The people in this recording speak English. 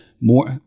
more